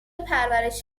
پرورش